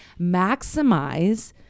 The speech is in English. maximize